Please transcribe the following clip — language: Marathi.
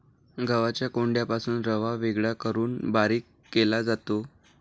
गव्हाच्या कोंडापासून रवा वेगळा करून बारीक केला जातो